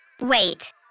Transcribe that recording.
Wait